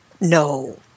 No